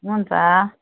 हुन्छ